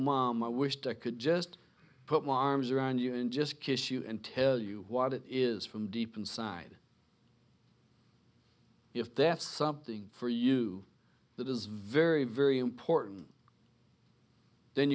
mom i wished i could just put my arms around you and just kiss you and tell you what it is from deep inside if that's something for you that is very very important then